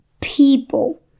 people